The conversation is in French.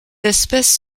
espèce